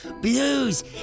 blues